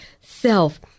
self